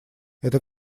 это